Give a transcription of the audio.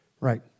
Right